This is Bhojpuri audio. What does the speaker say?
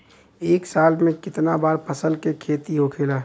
एक साल में कितना बार फसल के खेती होखेला?